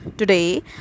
Today